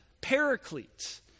paraclete